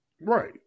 Right